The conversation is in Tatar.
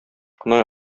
кына